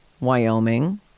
Wyoming